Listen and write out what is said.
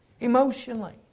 emotionally